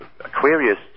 Aquarius